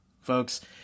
Folks